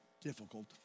difficult